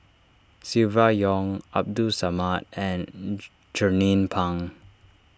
Silvia Yong Abdul Samad and Jernnine Pang